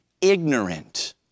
ignorant